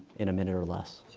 in a minute or less?